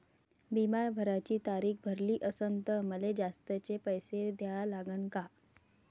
बिमा भराची तारीख भरली असनं त मले जास्तचे पैसे द्या लागन का?